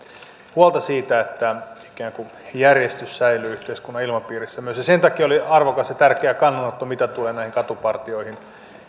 huolta siitä että ikään kuin järjestys säilyy myös yhteiskunnan ilmapiirissä sen takia oli arvokas ja tärkeä kannanotto mitä tulee näihin katupartioihin